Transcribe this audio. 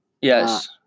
Yes